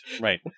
right